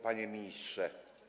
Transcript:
Panie Ministrze!